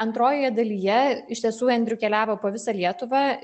antrojoje dalyje iš tiesų endriu keliavo po visą lietuvą